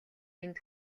энд